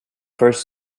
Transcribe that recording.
first